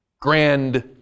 grand